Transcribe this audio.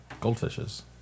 Goldfishes